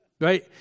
right